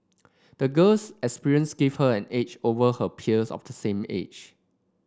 the girl's experiences gave her an edge over her peers of the same age